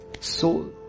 soul